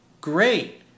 great